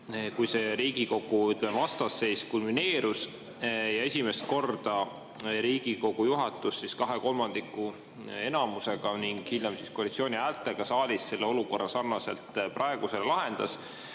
kui see Riigikogu vastasseis kulmineerus ja esimest korda Riigikogu juhatus kahe kolmandikulise enamusega ning hiljem koalitsiooni häältega saalis selle olukorra sarnaselt praegusega lahendas,